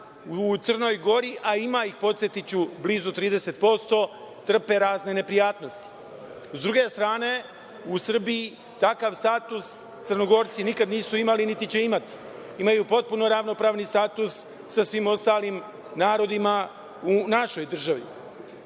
u Crnoj Gori, a ima ih, podsetiću, blizu 30%, trpe razne neprijatnosti. Sa druge strane u Srbiji takav status Crnogorci nikada nisu imali niti će imati. Imaju potpuno ravnopravni status sa svim ostalim narodima u našoj državi.